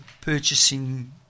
purchasing